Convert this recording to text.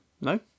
No